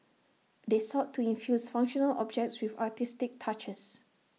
they sought to infuse functional objects with artistic touches